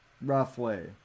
roughly